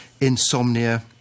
insomnia